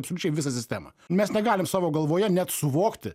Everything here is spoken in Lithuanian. absoliučiai visą sistemą mes negalim savo galvoje net suvokti